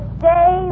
stay